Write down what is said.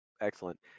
Excellent